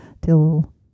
till